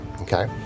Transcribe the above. Okay